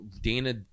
dana